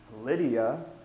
Lydia